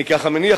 אני ככה מניח,